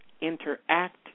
interact